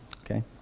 okay